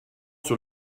sur